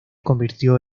convirtió